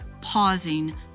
pausing